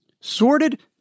Sorted